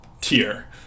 Tier